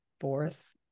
fourth